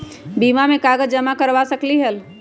बीमा में कागज जमाकर करवा सकलीहल?